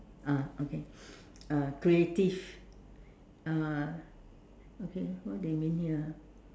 ah okay uh creative uh okay what they mean here ah